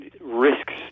risks